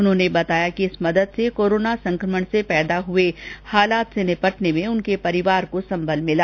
उन्होंने बताया कि इस मदद से कोरोना संकमण से पैदा हुए हालात से निपटने में उनके परिवार को संबल मिला